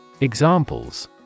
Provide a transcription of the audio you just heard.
Examples